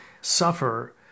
suffer